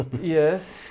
Yes